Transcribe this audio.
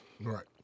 Right